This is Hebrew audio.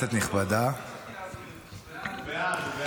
הוא בעד.